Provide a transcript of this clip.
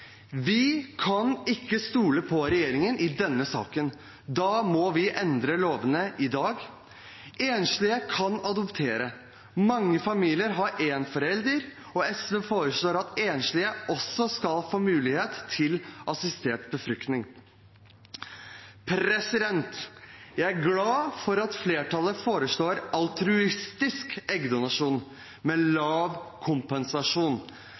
Vi kan ikke stole på regjeringen i denne saken. Da må vi endre lovene i dag. Enslige kan adoptere, mange familier har én forelder, og SV foreslår at også enslige skal få mulighet til assistert befruktning. Jeg er glad for at flertallet foreslår altruistisk eggdonasjon med lav kompensasjon.